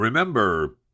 Remember